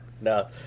No